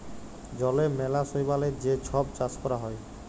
জলে ম্যালা শৈবালের যে ছব চাষ ক্যরা হ্যয়